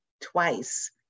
twice